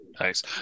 nice